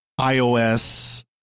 iOS